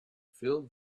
fill